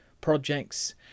projects